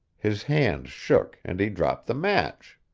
his hand shook, and he dropped the match.